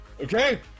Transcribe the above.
Okay